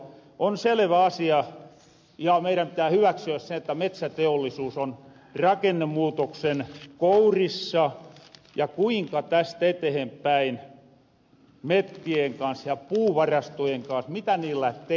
on selevä asia ja meirän pitää hyväksyä se että metsäteollisuus on rakennemuutoksen kourissa ja kuinka täst etehenpäin mettien kans ja puuvarastojen kans mitä niillä teherähän